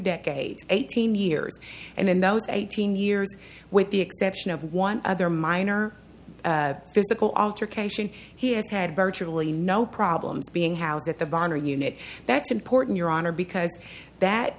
decades eighteen years and in those eighteen years with the exception of one other minor physical altercation he has had virtually no problems being housed at the bar unit that's important your honor because that